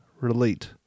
relate